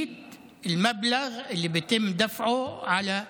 (אומר בערבית: קביעת